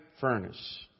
furnace